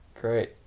Great